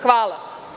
Hvala.